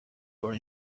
were